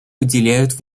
уделяют